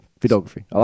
Photography